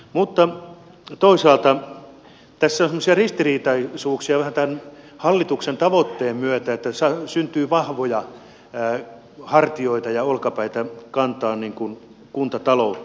mutta toisaalta tässä on semmoisia ristiriitaisuuksia vähän tämän hallituksen tavoitteen myötä että syntyy vahvoja hartioita ja olkapäitä kantamaan kuntataloutta